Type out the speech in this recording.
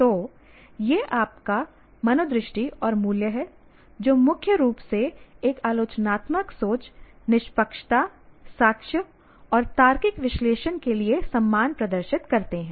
तो यह आपका मनोदृष्टि और मूल्य है जो मुख्य रूप से एक आलोचनात्मक सोच निष्पक्षता साक्ष्य और तार्किक विश्लेषण के लिए सम्मान प्रदर्शित करते हैं